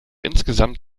insgesamt